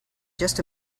just